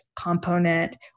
component